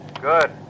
Good